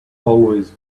always